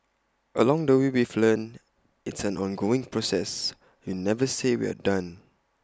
along the way we've learnt it's an ongoing process you never say we're done